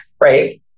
right